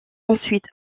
ensuite